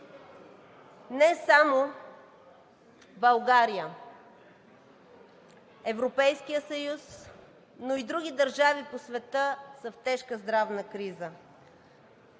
Не само България, Европейският съюз, но и други държави по света са в тежка здравна криза.